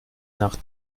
nach